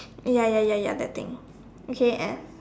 ya ya ya ya that thing okay and